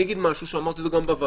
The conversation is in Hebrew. אני אגיד משהו שאמרתי אותו גם בוועדה,